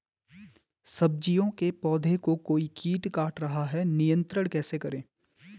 सब्जियों के पौधें को कोई कीट काट रहा है नियंत्रण कैसे करें?